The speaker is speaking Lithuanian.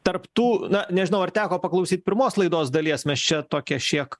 tarp tų na nežinau ar teko paklausyt pirmos laidos dalies mes čia tokią šiek